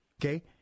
Okay